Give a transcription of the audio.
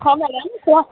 ହଁ ମ୍ୟାଡ଼ାମ କୁହ